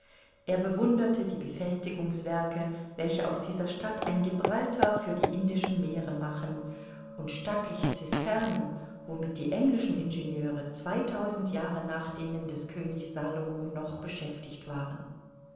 er bewunderte die befestigungswerke welche aus dieser stadt ein gibraltar für die indischen meere machen und stattliche cisternen womit die englischen ingenieure zweitausend jahre nach denen des königs salomo noch beschäftigt waren